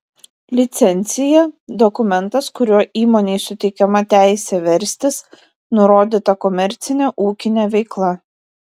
licencija dokumentas kuriuo įmonei suteikiama teisė verstis nurodyta komercine ūkine veikla